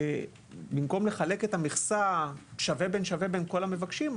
במקום לחלק את המכסה שווה בשווה בין כל המבקשים,